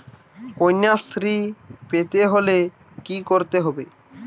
কন্যাশ্রী পেতে হলে কি করতে হবে?